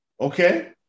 Okay